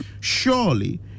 surely